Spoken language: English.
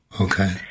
okay